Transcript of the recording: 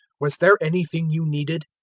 was there anything you needed?